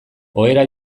ohera